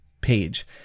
page